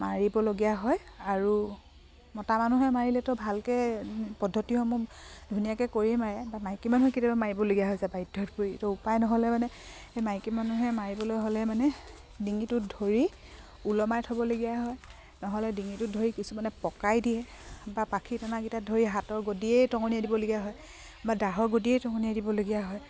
মাৰিবলগীয়া হয় আৰু মতা মানুহে মাৰিলে তো ভালকৈ পদ্ধতিসমূহ ধুনীয়াকৈ কৰিয়ে মাৰে বা মাইকী মানুহে কেতিয়াবা মাৰিবলগীয়া হয় হৈছে বাধ্যত পৰি তো উপায় নহ'লে মানে সেই মাইকী মানুহে মাৰিবলৈ হ'লে মানে ডিঙিটোত ধৰি ওলমাই থ'বলগীয়া হয় নহ'লে ডিঙিটোত ধৰি কিছুমানে পকাই দিয়ে বা পাখি টনাকেইটাত ধৰি হাতৰ গাদিৰেই টঙনিয়াই দিবলগীয়া হয় বা দাৰ গাদিৰেই টঙনিয়াই দিবলগীয়া হয়